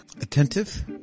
attentive